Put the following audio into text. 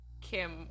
kim